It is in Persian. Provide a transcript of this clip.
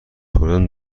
خوردن